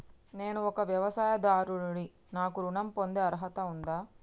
నేను ఒక వ్యవసాయదారుడిని నాకు ఋణం పొందే అర్హత ఉందా?